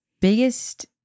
biggest